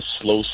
slow